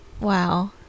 wow